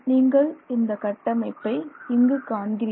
நீங்கள் இந்த கட்டமைப்பை இங்கு காண்கிறீர்கள்